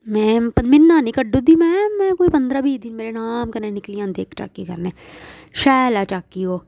में पर म्हीना नी कड्डू उड़दी में में कोई पंदरां बी मेरे अराम कन्नै निकली जंदे इक झाकी कन्नै शैल ऐ झाकी ओह्